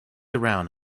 around